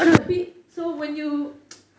tapi so when you